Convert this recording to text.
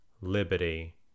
liberty